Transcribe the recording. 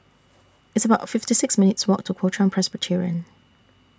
It's about fifty six minutes' Walk to Kuo Chuan Presbyterian